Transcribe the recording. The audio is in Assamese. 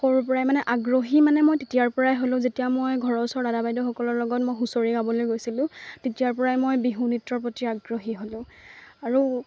সৰুৰ পৰাই মানে আগ্ৰহী মানে মই তেতিয়াৰ পৰাই হ'লোঁ যেতিয়া মই ঘৰৰ ওচৰৰ দাদা বাইদেউসকলৰ লগত মই হুঁচৰি গাবলৈ গৈছিলোঁ তেতিয়াৰ পৰাই মই বিহু নৃত্যৰ প্ৰতি আগ্ৰহী হ'লোঁ আৰু